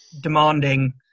demanding